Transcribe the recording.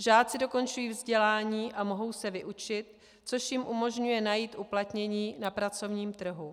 Žáci dokončují vzdělání a mohou se vyučit, což jim umožňuje najít uplatnění na pracovním trhu.